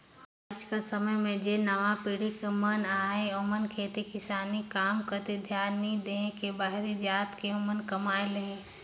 आएज कर समे में जेन नावा पीढ़ी कर मन अहें ओमन खेती किसानी कर काम कती धियान नी दे के बाहिरे जात अहें कमाए ले